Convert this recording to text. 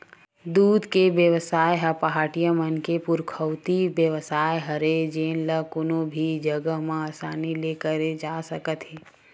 दूद के बेवसाय ह पहाटिया मन के पुरखौती बेवसाय हरय जेन ल कोनो भी जघा म असानी ले करे जा सकत हे